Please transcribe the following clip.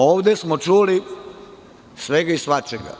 Ovde smo čuli svega i svačega.